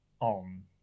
on